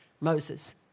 Moses